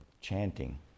chanting